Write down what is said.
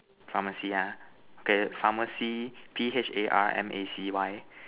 pharmacy ah okay pharmacy P H A R M A C Y